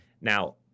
Now